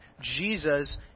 Jesus